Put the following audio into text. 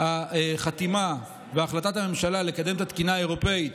החתימה והחלטת הממשלה לקדם את התקינה האירופית